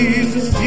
Jesus